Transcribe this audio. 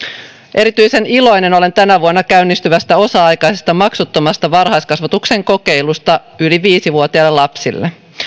erityisen iloinen olen tänä vuonna käynnistyvästä osa aikaisesta maksuttomasta varhaiskasvatuksen kokeilusta yli viisi vuotiaille lapsille